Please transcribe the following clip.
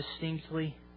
distinctly